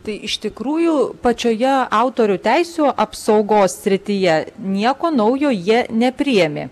tai iš tikrųjų pačioje autorių teisių apsaugos srityje nieko naujo jie nepriėmė